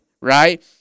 right